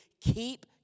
keep